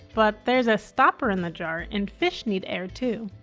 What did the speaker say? but there is a stopper in the jar and fish need air too.